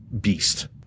beast